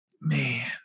Man